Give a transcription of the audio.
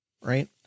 Right